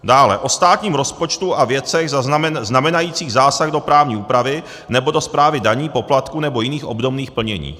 Dále o státním rozpočtu a věcech znamenajících zásah do právní úpravy nebo do správy daní, poplatků nebo jiných obdobných plnění.